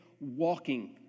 walking